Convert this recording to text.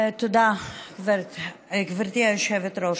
תודה, גברתי היושבת-ראש.